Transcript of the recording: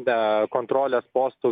be kontrolės postų